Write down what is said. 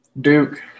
Duke